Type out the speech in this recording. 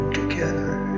together